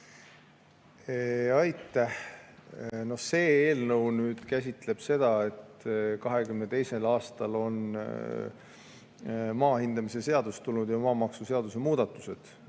Aitäh! See eelnõu käsitleb seda, et 2022. aastal tulid maa hindamise seaduse ja maamaksuseaduse muudatused,